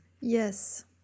Yes